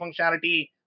functionality